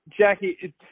Jackie